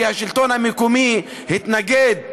כי השלטון המקומי התנגד לזה.